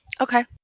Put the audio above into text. Okay